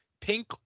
Pink